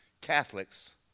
Catholics